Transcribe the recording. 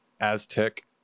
Aztec